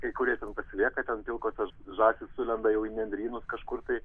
kai kurie ten pasilieka ten pilkosios žąsys sulenda jau į lendrynus kažkur tai